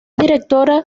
directora